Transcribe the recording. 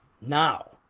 now